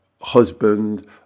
husband